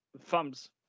Thumbs